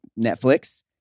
Netflix